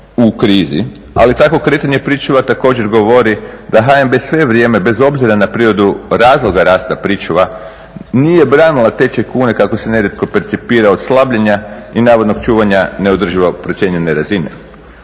ali takvo kretanje pričuva također govori da HNB sve vrijeme, bez obzira na prirodu razloga rasta pričuva nije branila tečaj kune kako se nerijetko percipira od slabljenja i navodnog čuvanja neodrživo procijenjene razine.